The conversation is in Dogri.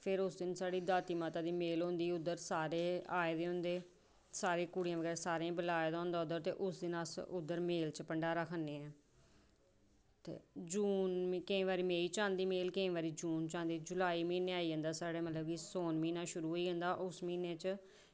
ते फिर उस साढ़ी दाती माता दी मेल होंदी उद्धर सारे आए दे होंदे ते सारी कुड़ियें गी ते बुलाए दा होंदा ते उस दिन अस उद्धर मेल च भंडारा खन्ने ते केईं बारी जून च आंदी मेल केईं बारी मई च जुलाई म्हीनै आई जंदा मतलब कि सौन म्हीना आई जंदा उस म्हीने च